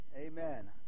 Amen